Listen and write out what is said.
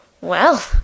Well